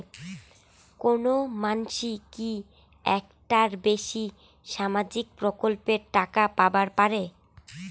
কোনো মানসি কি একটার বেশি সামাজিক প্রকল্পের টাকা পাবার পারে?